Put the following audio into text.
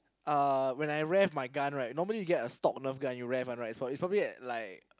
uh when I rev my gun right normally you get a stop Nerf gun you rev on right so it's probably like